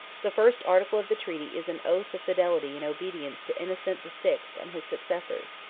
the first article of the treaty is an oath of fidelity and obedience to innocent the sixth and his successors,